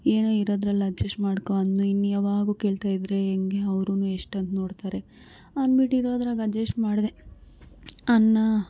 ಏನೋ ಇರೋದ್ರಲ್ಲಿ ಅಡ್ಜಸ್ಟ್ ಮಾಡ್ಕೊ ಅಂದ್ರು ಇನ್ನು ಯಾವಾಗ್ಲೂ ಕೇಳ್ತಾಯಿದ್ರೆ ಹೆಂಗೆ ಅವ್ರೂ ಎಷ್ಟುಂತ ನೋಡ್ತಾರೆ ಅಂದ್ಬಿಟ್ಟು ಇರೋದ್ರಾಗೆ ಅಡ್ಜಸ್ಟ್ ಮಾಡ್ದೆ ಅನ್ನ